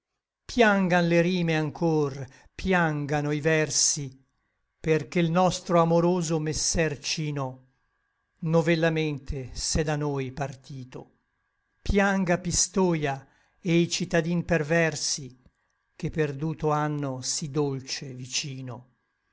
piangan le rime anchor piangano i versi perché l nostro amoroso messer cino novellamente s'è da noi partito pianga pistoia e i citadin perversi che perduto ànno sí dolce vicino